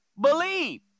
believe